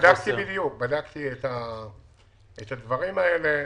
בדקתי את הדברים האלה.